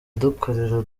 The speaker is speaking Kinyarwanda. dukorera